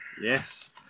Yes